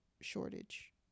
shortage